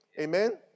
Amen